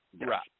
Right